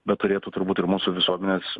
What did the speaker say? bet turėtų turbūt ir mūsų visuomenės